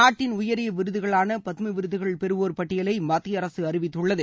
நாட்டின் உயரிய விருதுகளான பத்ம விருதுகள் பெறுவோர் பட்டியலை மத்திய அரசு அறிவிததுள்ளது